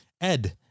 Ed